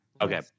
Okay